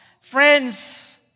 Friends